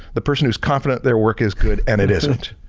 the person who's confident their work is good and it isn't.